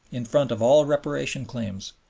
in front of all reparation claims,